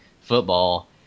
football